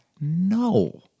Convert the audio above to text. No